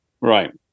Right